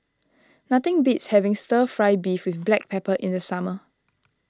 nothing beats having Stir Fry Beef with Black Pepper in the summer